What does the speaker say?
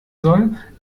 soll